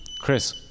Chris